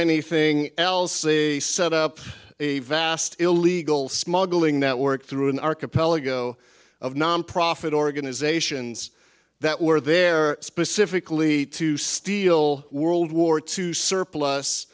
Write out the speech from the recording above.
anything else they set up a vast illegal smuggling network through an archipelago of nonprofit organizations that were there specifically to steal world war two surplus